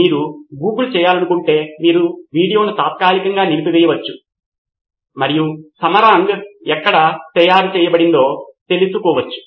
మీరు గూగుల్ చేయాలనుకుంటే మీరు వీడియోను తాత్కాలికంగా నిలిపివేయవచ్చు మరియు సమరాంగ్ ఎక్కడ తయారు చేయబడిందో తెలుసుకోవచ్చు